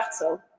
battle